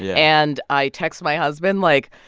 yeah and i text my husband like,